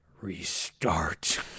restart